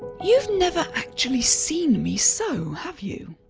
you've never actually seen me sew, have you?